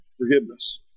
forgiveness